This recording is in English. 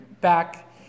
back